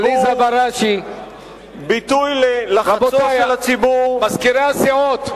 עמיתי חברי הכנסת, רבותי השרים,